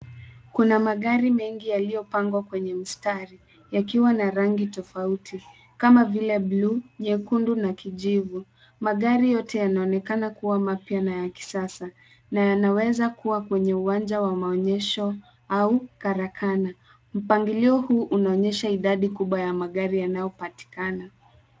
Kuna magari mengi yaliyopangwa kwenye mistari yakiwa na rangi tofauti kama vile buluu, nyekundu na kijivu. Magari yote yanaonekana kuwa mapya na ya kisasa. Na yanaweza kuwa kwenye uwanja wa maonyesho au karakana. Mpagilio huu unaonyesha idadi kubwa ya magari yanayopatikana.